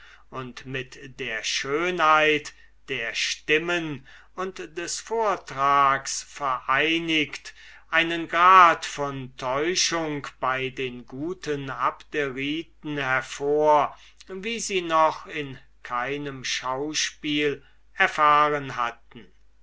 und mit der schönheit der stimmen und des vortrags einen grad von täuschung bei den guten abderiten hervor wie sie noch in keinem schauspiel erfahren hatten